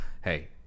Hey